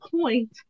point